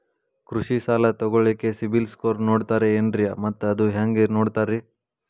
ಕೃಷಿ ಸಾಲ ತಗೋಳಿಕ್ಕೆ ಸಿಬಿಲ್ ಸ್ಕೋರ್ ನೋಡ್ತಾರೆ ಏನ್ರಿ ಮತ್ತ ಅದು ಹೆಂಗೆ ನೋಡ್ತಾರೇ?